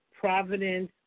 providence